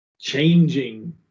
changing